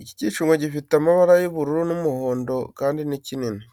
Iki kicungo gifite amabara y'ubururu n'umuhondo kandi ni kinini.